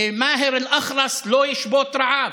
ומאהר אלאח'רס לא ישבות רעב,